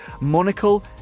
Monocle